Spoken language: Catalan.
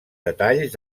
detalls